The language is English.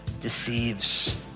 deceives